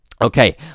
Okay